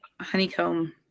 honeycomb